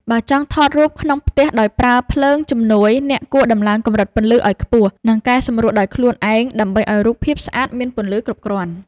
បើចង់ថតរូបក្នុងផ្ទះដោយប្រើភ្លើងជំនួយអ្នកគួរដំឡើងកម្រិតពន្លឺឱ្យខ្ពស់ និង កែសម្រួលដោយខ្លួនឯងដើម្បីឱ្យរូបភាពស្អាតមានពន្លឺគ្រប់គ្រាន់។